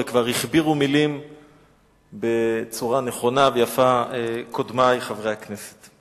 וכבר הכבירו מלים בצורה נכונה ויפה קודמי חברי הכנסת.